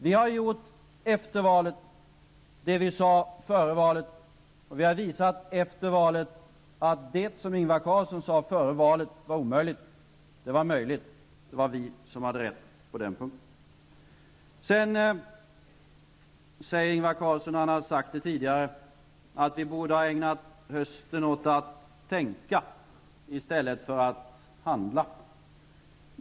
Vi har gjort efter valet det vi sade före valet, och vi har visat efter valet att det som Ingvar Carlsson före valet sade vara omöjligt var möjligt. Det var vi som hade rätt på den punkten. Ingvar Carlsson säger vidare -- han har sagt det förut -- att vi borde ha ägnat hösten åt att tänka i stället för att handla.